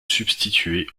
substituer